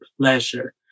pleasure